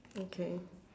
okay